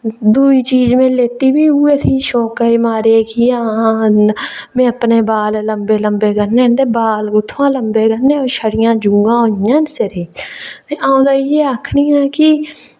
दुई चीज में लैती बी उ'ऐ ही शौंका दे मारे कि हां में अपने बाल लम्बे लम्बे करने न ते बाल कुत्थुआं लम्बे करने ओह् शड़ियां जुआं होई गेइयां न सिरे ते अ'ऊं तां इ'यै आखनी ऐ कि